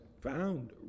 found